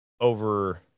over